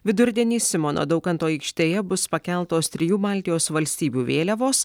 vidurdienį simono daukanto aikštėje bus pakeltos trijų baltijos valstybių vėliavos